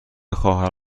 خواهر